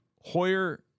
Hoyer